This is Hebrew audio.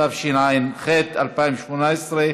התשע"ח 2018,